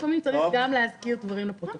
לפעמים צריך להזכיר גם דברים לפרוטוקול.